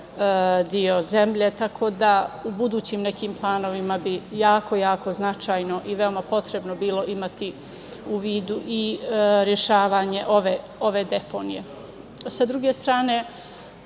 deo zemlje, tako da u budućim nekim planovima bi jako značajno i veoma potrebno bilo imati u vidu i rešavanje i ove deponije. Sa druge strane,